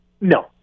No